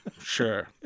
sure